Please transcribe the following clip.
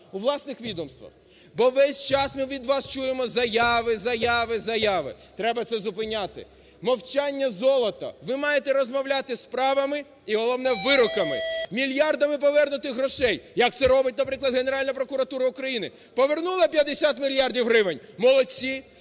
у власних відомствах, бо весь час ми від вас чуємо заяви, заяви, заяви, треба це зупиняти, мовчання золото. Ви маєте розмовляти з справами і, головне, вироками, мільярдами повернутих грошей, як це робить, наприклад, Генеральна прокуратура України, повернула 50 мільярдів гривень, молодці.